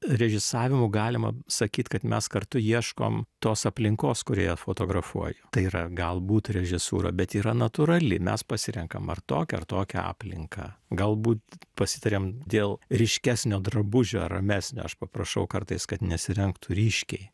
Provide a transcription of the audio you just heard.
režisavimu galima sakyt kad mes kartu ieškom tos aplinkos kurioje fotografuoju tai yra galbūt režisūra bet yra natūrali mes pasirenkam ar tokią ar tokią aplinką galbūt pasitariam dėl ryškesnio drabužio ar ramesnio aš paprašau kartais kad nesirengtų ryškiai